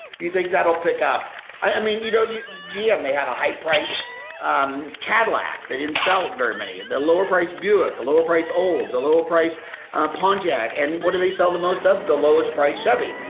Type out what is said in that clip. you think that'll pick up? i mean you know you gm they had a high price um cadillac they didn't sell very many the lower price buick a lower price olds a lower price pontiac and what do they sell the most of the lowest priced chevy.